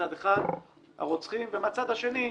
מצד אחד - הרוצחים - ומצד שני,